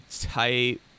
type